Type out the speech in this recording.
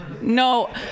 No